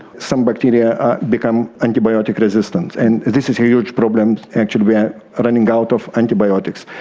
some bacteria become antibiotic resistant and this is a huge problem. actually we ah are running out of antibiotics.